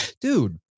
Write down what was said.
dude